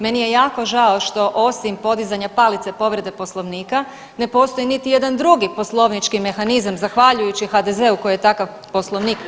Meni je jako žao što osim podizanja palice povrede poslovnika ne postoji niti jedan drugi poslovnički mehanizam zahvaljujući HDZ-u koji je takav poslovnik